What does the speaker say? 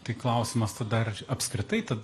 tai klausimas tada ar apskritai tad